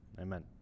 Amen